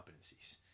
competencies